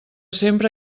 sempre